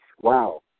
wow